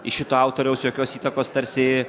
iš šito autoriaus jokios įtakos tarsi